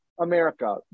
America